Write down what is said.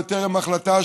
בטרם החלטה,